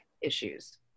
issues